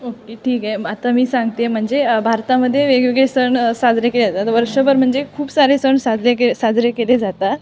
okay ठीक आहे आता मी सांगते आहे म्हणजे भारतामध्ये वेगवेगळे सण साजरे केले जातात वर्षभर म्हणजे खूप सारे सण साजरे के साजरे केले जातात